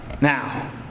Now